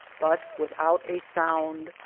but without a sound.